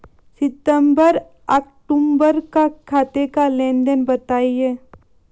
सितंबर अक्तूबर का खाते का लेनदेन बताएं